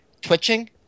twitching